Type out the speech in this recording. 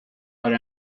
but